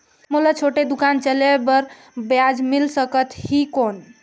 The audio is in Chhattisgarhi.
मोला छोटे दुकान चले बर ब्याज मिल सकत ही कौन?